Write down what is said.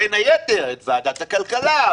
בין היתר את ועדת הכלכלה,